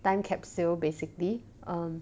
time capsule basically um